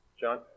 John